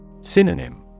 Synonym